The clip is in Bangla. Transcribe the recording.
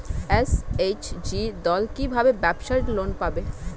এস.এইচ.জি দল কী ভাবে ব্যাবসা লোন পাবে?